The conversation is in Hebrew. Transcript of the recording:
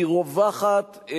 היא רווחת,